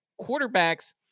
quarterbacks